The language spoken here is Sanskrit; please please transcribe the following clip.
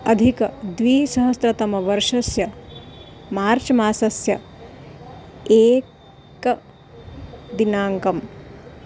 अधिकद्विसहस्रतमवर्षस्य मार्च् मासस्य एकदिनाङ्कम्